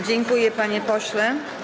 Dziękuję, panie pośle.